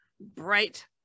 bright